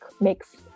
makes